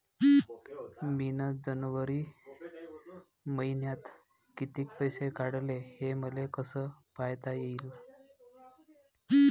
मिन जनवरी मईन्यात कितीक पैसे काढले, हे मले कस पायता येईन?